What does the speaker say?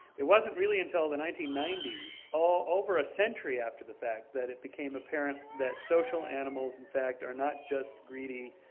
it wasn't really until the nineteen ninety s, over a century after the fact, that it became apparent that social animals in fact are not just greedy,